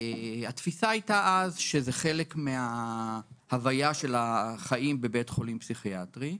התפיסה הייתה אז שזה חלק מההוויה של החיים בבית חולים פסיכיאטרי.